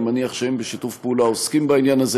אני מניח שהם, בשיתוף פעולה, עוסקים בעניין הזה.